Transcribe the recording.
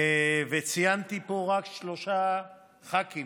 וציינתי פה רק שלושה ח"כים